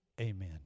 amen